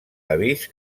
avís